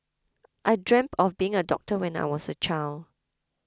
I dreamt of being a doctor when I was a child